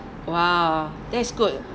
!wow! that is good